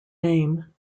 name